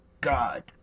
God